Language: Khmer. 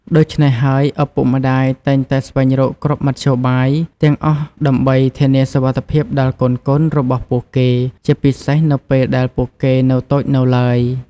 ដូច្នេះហើយ ឪពុកម្តាយតែងតែស្វែងរកគ្រប់មធ្យោបាយទាំងអស់ដើម្បីធានាសុវត្ថិភាពដល់កូនៗរបស់ពួកគេ ជាពិសេសនៅពេលដែលពួកគេនៅតូចនៅឡើយ។